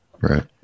Right